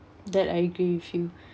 that I agree with you